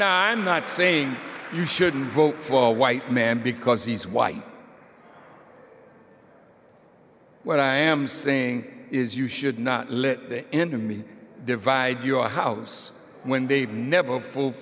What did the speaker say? now i'm not saying you shouldn't vote for white man because he's white what i am saying is you should not let the enemy divide your house when they've never ful